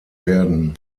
werden